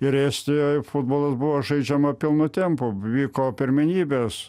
ir estijoj futbolas buvo žaidžiama pilnu tempu vyko pirmenybės